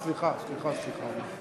סליחה, סליחה, סליחה.